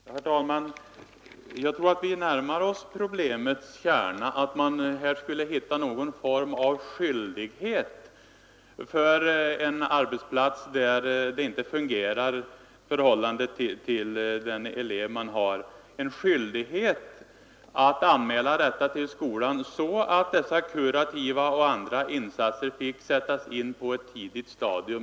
Herr talman! Jag tror att vi nu börjar närma oss problemets kärna. Man bör försöka hitta någon form av skyldighet för en arbetsplats, där problem uppstår att anmäla detta till skolan, så att dessa kurativa och andra insatser kan sättas in på tidigt stadium.